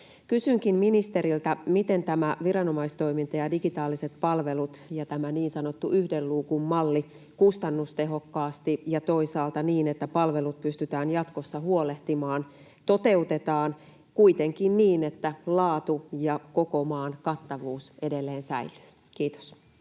Kysynkin ministeriltä: miten toteutetaan tämä viranomaistoiminta ja digitaaliset palvelut ja tämä niin sanottu yhden luukun malli kustannustehokkaasti ja toisaalta niin, että palvelut pystytään jatkossa huolehtimaan, kuitenkin niin, että laatu ja koko maan kattavuus edelleen säilyvät? — Kiitos.